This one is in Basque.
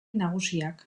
nagusiak